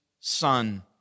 Son